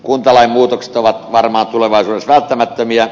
kuntalain muutokset ovat varmaan tulevaisuudessa välttämättömiä